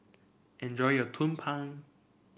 enjoy your Tumpeng